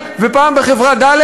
ופעם בחברה ד'.